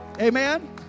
Amen